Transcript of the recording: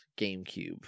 gamecube